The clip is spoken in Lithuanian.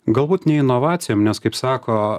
galbūt ne inovacijom nes kaip sako